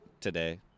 today